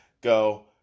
go